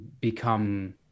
become